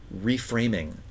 reframing